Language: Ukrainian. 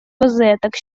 розеток